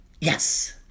Yes